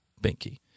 binky